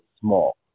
small